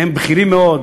מהם בכירים מאוד,